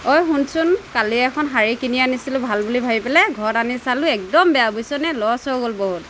অই শুনচোন কালি এখন শাৰী কিনি আনিছিলোঁ ভাল বুলি ভাবি পেলাই ঘৰত আনি চালোঁ একদম বেয়া বুইছনে লচ হৈ গ'ল বহুত